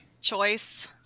choice